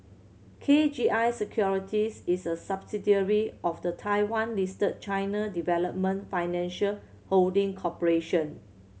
K G I Securities is a subsidiary of the Taiwan Listed China Development Financial Holding Corporation